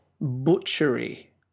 butchery